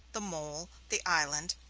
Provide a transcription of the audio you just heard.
the mole, the island,